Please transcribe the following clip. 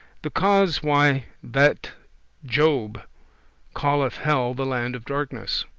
the cause why that job calleth hell the land of darkness